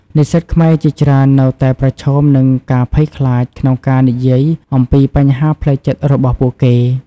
និស្សិតខ្មែរជាច្រើននៅតែប្រឈមនឹងការភ័យខ្លាចក្នុងការនិយាយអំពីបញ្ហាផ្លូវចិត្តរបស់ពួកគេ។